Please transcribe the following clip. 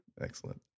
Excellent